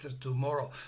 tomorrow